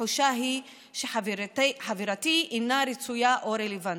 התחושה היא שחברתי אינה רצויה או רלוונטית,